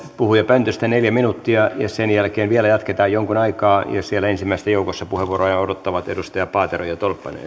puhujapöntöstä neljä minuuttia sen jälkeen vielä jatketaan jonkun aikaa ja siellä ensimmäisten joukossa puheenvuoroa jo odottavat edustajat paatero ja tolppanen